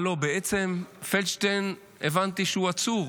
אה, לא, בעצם פלדשטיין, הבנתי שהוא עצור.